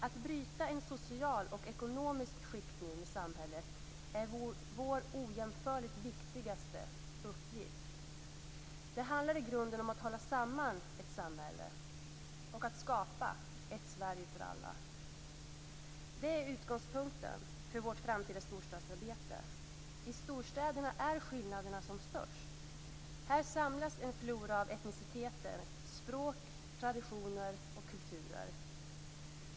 Att bryta en social och ekonomisk skiktning i samhället är vår ojämförligt viktigaste uppgift. Det handlar i grunden om att hålla samman ett samhälle och att skapa ett Sverige för alla. Det är utgångspunkten för vårt framtida storstadsarbete. I storstäderna är skillnaderna som störst. Här samlas en flora ev etniciteter, språk, traditioner och kulturer.